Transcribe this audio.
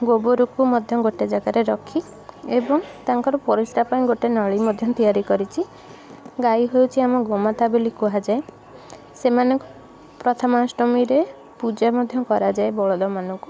ଗୋବରକୁ ମଧ୍ୟ ଗୋଟେ ଜାଗାରେ ରଖି ଏବଂ ତାଙ୍କର ପରିସ୍ରା ପାଇଁ ଗୋଟେ ନଳୀ ମଧ୍ୟ ତିଆରି କରିଛି ଗାଈ ହେଉଛି ଆମ ଗୋମାତା ବୋଲି କୁହାଯାଏ ସେମାନେ ପ୍ରଥମାଷ୍ଟମୀରେ ପୂଜା ମଧ୍ୟ କରାଯାଏ ବଳଦମାନଙ୍କୁ